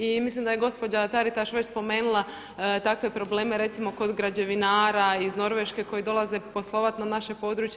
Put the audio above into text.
I mislim da je gospođa Taritaš već spomenula takve probleme recimo kod građevinara iz Norveške koji dolaze poslovati na naše područje.